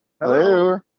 Hello